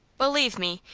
believe me,